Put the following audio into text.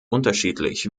unterschiedlich